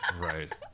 Right